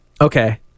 Okay